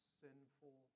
sinful